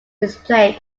displayed